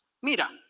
Mira